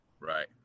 Right